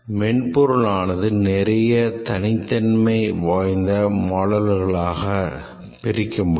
மேன்பொருளானது நிறைய தனித்தன்மை வாய்ந்த மாடல்களாக பிரிக்க முடியும்